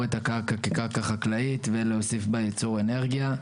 את הקרקע כקרקע חקלאית ולהוסיף בה ייצור אנרגיה.